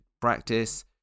practice